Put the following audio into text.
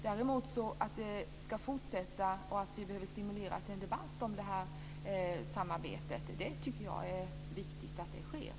Däremot ska debatten om detta samarbete fortsätta, och vi behöver stimulera till en sådan. Det är viktigt att det sker.